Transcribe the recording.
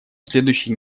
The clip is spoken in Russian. следующей